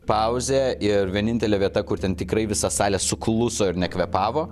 pauzė ir vienintelė vieta kur ten tikrai visa salė sukluso ir nekvėpavo